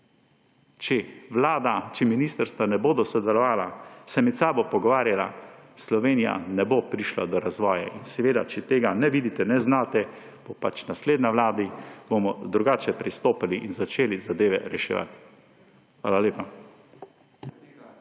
če Vlada, če ministrstva ne bodo sodelovala, se med sabo pogovarjala, Slovenija ne bo prišla do razvoja. In seveda, če tega ne vidite, ne znate, bomo pač v naslednji vladi drugače pristopali in začeli zadeve reševati. Hvala lepa.